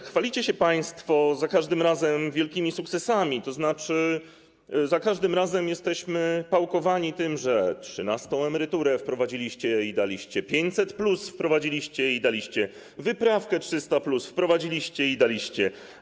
Chwalicie się państwo za każdym razem wielkimi sukcesami, tzn. za każdym razem jesteśmy pałkowani tym, że trzynastą emeryturę wprowadziliście i daliście, 500+ wprowadziliście i daliście, wyprawkę 300+ wprowadziliście i daliście.